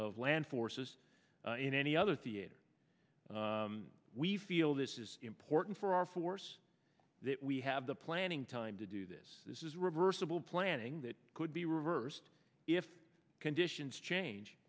of land forces in any other theater we feel this is important for our force that we have the planning time to do this this is reversible planning that could be reversed if conditions change